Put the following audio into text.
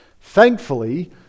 Thankfully